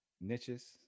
niches